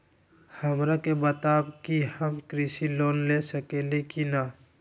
हमरा के बताव कि हम कृषि लोन ले सकेली की न?